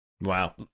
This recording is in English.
Wow